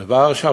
מוורשה,